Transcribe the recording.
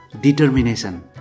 determination